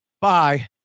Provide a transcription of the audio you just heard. bye